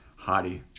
hottie